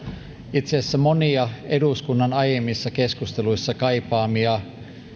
itse asiassa monia eduskunnan aiemmissa keskusteluissa kaipaamia